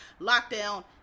lockdown